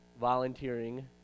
volunteering